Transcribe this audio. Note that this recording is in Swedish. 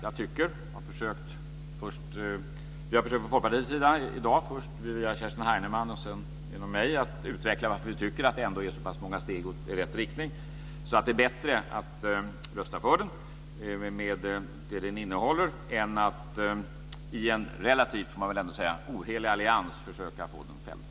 Vi har i dag från Folkpartiets sida försökt att först via Kerstin Heinemann och sedan genom mig utveckla varför vi tycker att det ändå är så pass många steg i rätt riktning att det är bättre att rösta för den med det den innehåller än att i en relativt ohelig allians, får man väl ändå säga, försöka få den fälld.